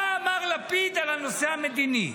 מה אמר לפיד על הנושא הכלכלי?